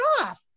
off